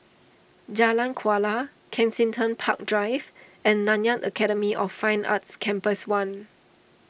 Jalan Kuala Kensington Park Drive and Nanyang Academy of Fine Arts Campus one